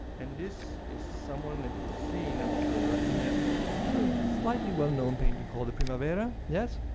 and this is someone that you've seen, i'm sure, in a sort of slightly well-known painting called the primavera, yes?